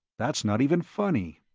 that's not even funny.